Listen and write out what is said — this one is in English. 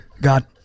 God